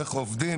איך עובדים,